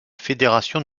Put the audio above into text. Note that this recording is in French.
fédération